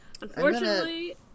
Unfortunately